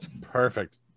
Perfect